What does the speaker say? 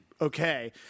okay